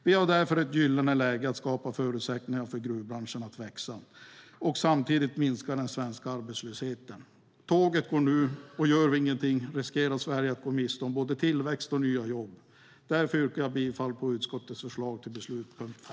Vi har därför ett gyllene läge att skapa förutsättningar för gruvbranschen att växa och samtidigt minska den svenska arbetslösheten. Tåget går nu, och gör vi ingenting riskerar Sverige att gå miste om både tillväxt och nya jobb. Därför yrkar jag bifall till utskottets förslag till beslut under punkt 5.